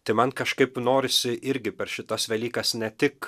tai man kažkaip norisi irgi per šitas velykas ne tik